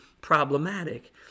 problematic